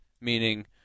meaning